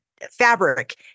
fabric